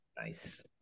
Nice